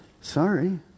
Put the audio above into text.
sorry